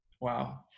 Wow